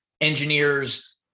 engineers